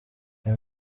ayo